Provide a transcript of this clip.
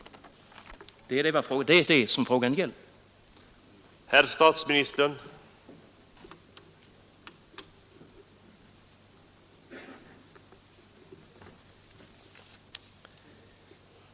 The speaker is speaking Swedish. Det är detta frågan gäller.